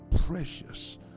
precious